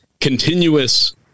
continuous